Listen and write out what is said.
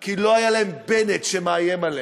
כי לא היה להם בנט שמאיים עליהם,